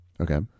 Okay